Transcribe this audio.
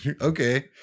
okay